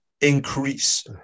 increase